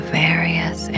various